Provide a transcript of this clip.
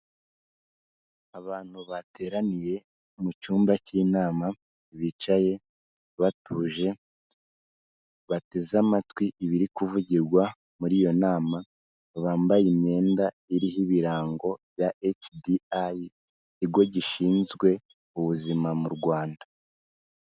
Abantu bateraniye mu cyumba cy'inama bicaye batuje, bateze amatwi ibiri kuvugirwa muri iyo nama, bambaye imyenda iriho ibirango bya HDI, ikigo gishinzwe ubuzima mu Rwanda.